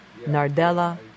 Nardella